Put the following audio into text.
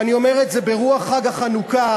אני אומר את זה ברוח חג החנוכה,